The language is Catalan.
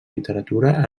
literatura